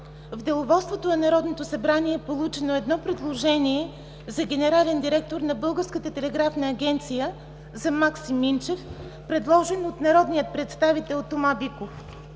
В Деловодството на Народното събрание е получено едно предложение за генерален директор на Българската телеграфна агенция за Максим Минчев от народния представител Тома Биков.